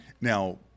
Now